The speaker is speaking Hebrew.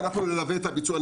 אנחנו נלווה את הביצוע,